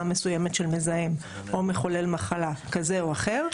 מסוימת של מזהם או מחולל מחלה כזה או אחר,